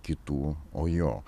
kitų o jo